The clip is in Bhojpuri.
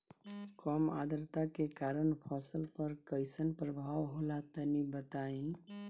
कम आद्रता के कारण फसल पर कैसन प्रभाव होला तनी बताई?